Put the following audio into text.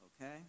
okay